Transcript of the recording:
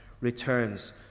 returns